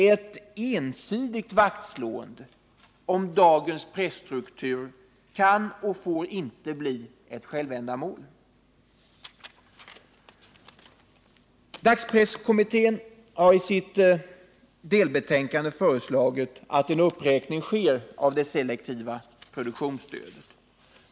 Ett ensidigt vaktslående om dagens presstruktur kan och får inte bli ett självändamål. Dagspresskommittén har i ett delbetänkande föreslagit att det sker en uppräkning av det selektiva produktionsstödet.